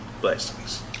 blessings